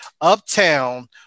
Uptown